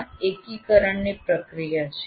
આ એકીકરણની પ્રક્રિયા છે